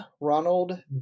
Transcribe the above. Ronald